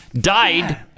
died